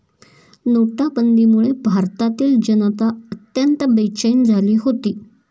नोटाबंदीमुळे भारतातील जनता अत्यंत बेचैन झाली होती